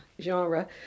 genre